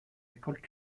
écoles